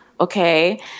okay